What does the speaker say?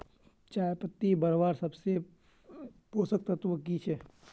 चयपत्ति बढ़वार सबसे पोषक तत्व की छे?